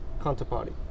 counterparty